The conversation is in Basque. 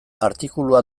artikulua